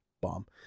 Bomb